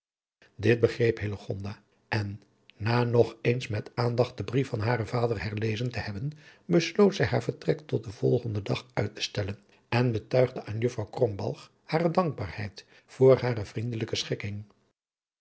dit begreep hillegonda en na nog eens met aandacht den brief van haren vader herlezen te hebben besloot zij haar vertrek tot den volgenden dag uit te stellen en betuigde aan juffrouw krombalg hare dankbaarheid voor hare vriendelijke schikking